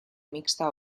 mixta